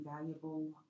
valuable